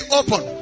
open